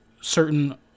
certain